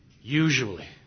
Usually